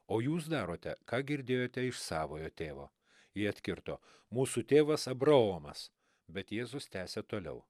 o jūs darote ką girdėjote iš savojo tėvo ji atkirto mūsų tėvas abraomas bet jėzus tęsė toliau